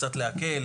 קצת להקל,